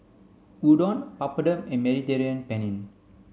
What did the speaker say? Udon Papadum and Mediterranean Penne